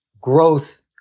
growth